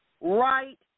Right